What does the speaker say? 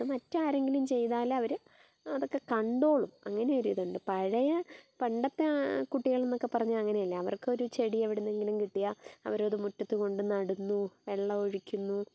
അത് മറ്റാരെങ്കിലും ചെയ്താലവർ അതൊക്കെ കണ്ടോളും അങ്ങനെ ഒരിതുണ്ട് പഴയ പണ്ടത്തെ ആ കുട്ടികൾ എന്നൊക്കെ പറഞ്ഞ് കഴിഞ്ഞാൽ അങ്ങനെയല്ല അവർക്കൊരു ചെടി എവിടുന്നെങ്കിലും കിട്ടിയാൽ അവരത് മുറ്റത്ത് കൊണ്ട് വന്ന് നടുന്നു വെള്ളം ഒഴിക്കുന്നു